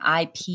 IP